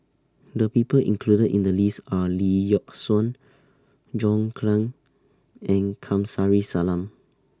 The People included in The list Are Lee Yock Suan John Clang and Kamsari Salam